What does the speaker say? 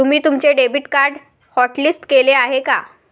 तुम्ही तुमचे debit card hotlist केले आहे का?